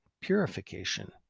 purification